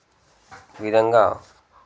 ఈ విధంగా